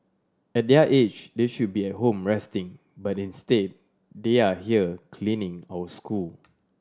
at their age they should be at home resting but instead they are here cleaning our school